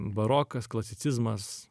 barokas klasicizmas